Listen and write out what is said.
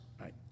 right